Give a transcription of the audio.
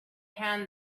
hand